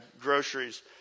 groceries